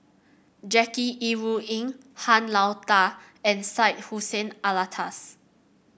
Jackie Yi Ru Ying Han Lao Da and Syed Hussein Alatas